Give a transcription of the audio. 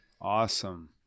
Awesome